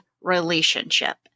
relationship